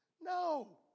No